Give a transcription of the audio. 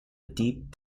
deep